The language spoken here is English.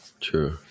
True